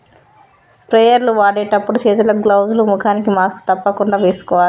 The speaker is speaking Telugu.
స్ప్రేయర్ లు వాడేటప్పుడు చేతులకు గ్లౌజ్ లు, ముఖానికి మాస్క్ తప్పకుండా వేసుకోవాలి